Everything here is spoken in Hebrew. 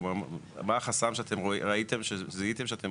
כלומר מה החסם שאתם ראיתם שזיהיתם שאתם